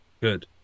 Good